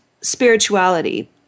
spirituality